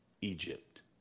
Egypt